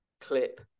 clip